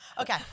Okay